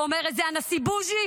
אומר את זה הנשיא בוז'י,